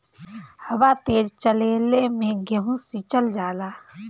हवा तेज चलले मै गेहू सिचल जाला?